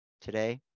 today